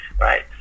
right